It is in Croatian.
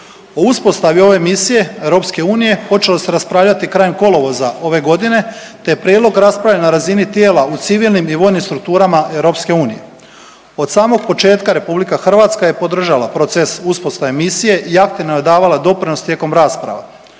O uspostavi ove misije EU počelo se raspravljati krajem kolovoza ove godine te je prijedlog raspravljen na razini tijela u civilnim i vojnim strukturama EU. Od samog početka RH je podržala proces uspostave misije i aktivno je davala doprinos tijekom rasprava.